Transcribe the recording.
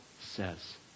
says